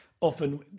often